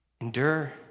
Endure